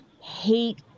hate